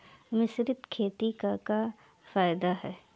मिश्रित खेती क का फायदा ह?